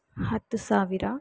ಹತ್ತು ಸಾವಿರ